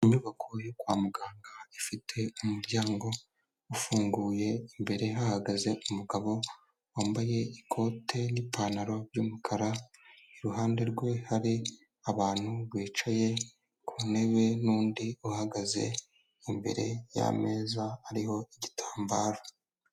Inyubako yo kwa muganga ifite umuryango ufunguye imbere hahagaze umugabo wambaye ikote n'ipantaro y'umukara iruhande rwe hari abantu bicaye k'intebe nundi uhagaze imbere yameza hariho igitambararo.